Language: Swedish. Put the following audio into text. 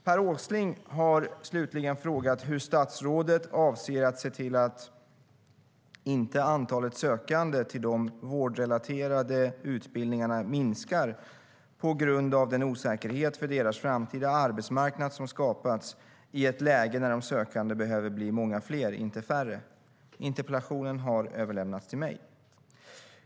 Per Åsling har slutligen frågat hur statsrådet avser att se till att antalet sökande till de vårdrelaterade utbildningarna inte minskar på grund av den osäkerhet för deras framtida arbetsmarknad som skapats i ett läge när de sökande behöver bli många fler, inte färre. Interpellationen har överlämnats till mig.